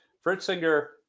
Fritzinger